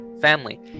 family